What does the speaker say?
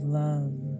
love